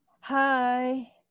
Hi